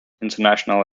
international